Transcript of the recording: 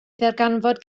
ddarganfod